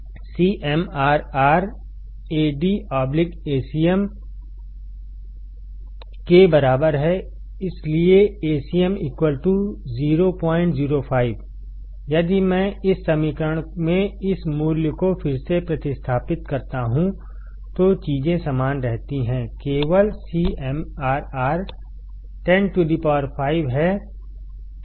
CMRR Ad Acm केबराबर है इसलिए Acm 005 यदि मैं इस समीकरण में इस मूल्य को फिर से प्रतिस्थापित करता हूं तो चीजें समान रहती हैंकेवल CMRR 105 है